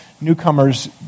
newcomers